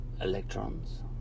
electrons